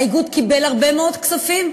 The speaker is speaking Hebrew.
האיגוד קיבל הרבה מאוד כספים,